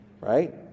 right